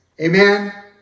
Amen